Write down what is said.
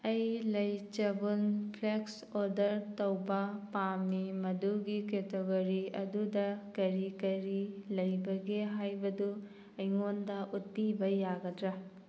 ꯑꯩ ꯂꯩ ꯆꯕꯨꯟ ꯐ꯭ꯂꯦꯛꯁ ꯑꯣꯔꯗꯔ ꯇꯧꯕ ꯄꯥꯝꯃꯤ ꯃꯗꯨꯒꯤ ꯀꯦꯇꯒꯣꯔꯤ ꯑꯗꯨꯗꯤ ꯀꯔꯤ ꯀꯔꯤ ꯂꯩꯕꯒꯦ ꯍꯥꯏꯕꯗꯨ ꯑꯩꯉꯣꯟꯗ ꯎꯠꯄꯤꯕ ꯌꯥꯒꯗ꯭ꯔꯥ